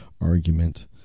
argument